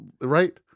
Right